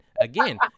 again